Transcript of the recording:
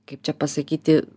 kaip čia pasakyti